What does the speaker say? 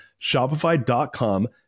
Shopify.com